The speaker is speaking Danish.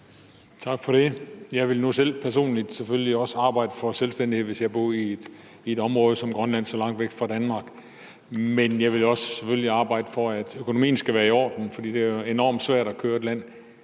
Tak for det. Jeg ville selvfølgelig også selv personligt arbejde for selvstændighed, hvis jeg boede i et område som Grønland, så langt væk fra Danmark. Men jeg ville selvfølgelig også arbejde for, at økonomien skulle være i orden, for det er enormt svært at køre et land